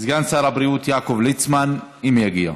סגן הבריאות יעקב ליצמן, אם יגיע.